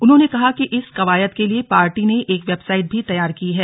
उन्होंने कहा कि इस कवायद के लिये पार्टी ने एक वेबसाइट भी तैयार की है